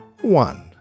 one